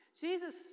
Jesus